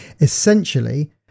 Essentially